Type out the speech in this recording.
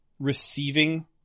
receiving